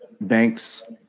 banks